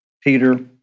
Peter